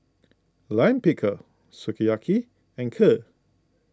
Lime Pickle Sukiyaki and Kheer